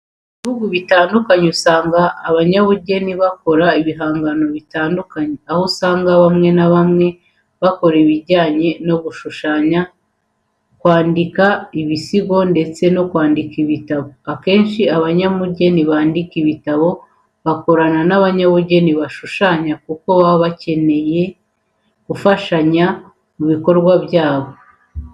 Mu bihugu bitandukanye uhasanga abanyabugeni bakora ibihangano bitandukanye, aho usanga bamwe na bamwe bakora ibijyanye no gushushanya, kwandika ibisigo ndetse no kwandika ibitabo. Akenshi abanyabugeni bandika ibitabo bakorana n'abanyabugeni bashushanya kuko baba bakeneye gufatanya mu bikorwa byabo.